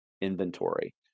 inventory